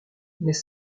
n’est